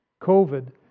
COVID